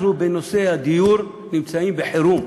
בנושא הדיור אנחנו נמצאים בחירום.